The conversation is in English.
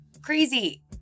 crazy